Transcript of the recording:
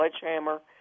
sledgehammer